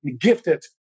gifted